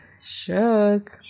Shook